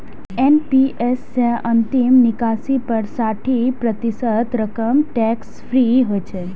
NPS सं अंतिम निकासी पर साठि प्रतिशत रकम टैक्स फ्री होइ छै